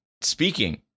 speaking